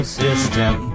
system